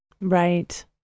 Right